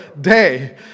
day